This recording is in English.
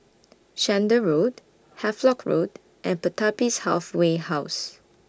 Chander Road Havelock Road and Pertapis Halfway House